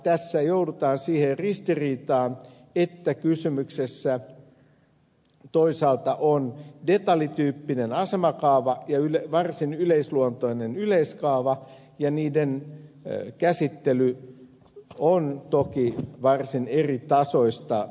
tässä joudutaan siihen ristiriitaan että kysymyksessä toisaalta on detaljityyppinen asemakaava ja varsin yleisluontoinen yleiskaava ja niiden käsittely on varsin eritasoista